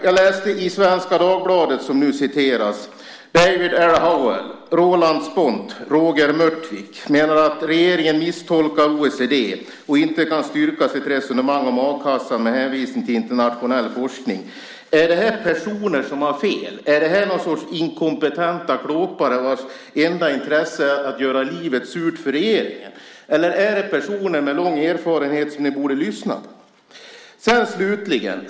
Jag läste i Svenska Dagbladet, som nu citerades, att David R. Howell, Roland Spont och Roger Mörtvik menar att regeringen misstolkar OECD och inte kan styrka sitt resonemang om a-kassan med hänvisning till internationell forskning. Är det personer som har fel? Är det något slags inkompetenta klåpare vars enda intresse är att göra livet surt för regeringen? Eller är det personer med lång erfarenhet som ni borde lyssna till?